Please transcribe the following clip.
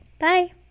Bye